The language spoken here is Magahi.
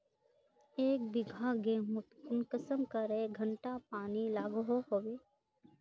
एक बिगहा गेँहूत कुंसम करे घंटा पानी लागोहो होबे?